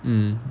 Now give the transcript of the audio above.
mm